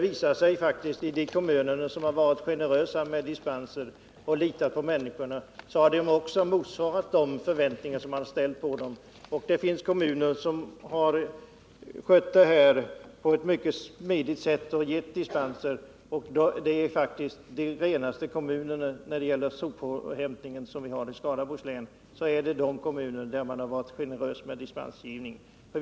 I de kommuner som varit generösa med dispenser och litat på människorna visar det sig att de förväntningar man ställt också infriats. Det finns kommuner som skött detta på ett mycket smidigt sätt och beviljat dispenser. Dessa kommuner tillhör faktiskt de renaste i Skaraborgs län när det gäller sophämtningen.